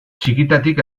txikitatik